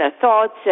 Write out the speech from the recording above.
thoughts